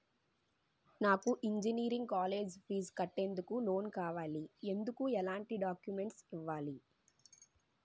నాకు engineering college fee కట్టేందుకు loan కావాలి, ఎందుకు ఎలాంటి డాక్యుమెంట్స్ ఇవ్వాలి?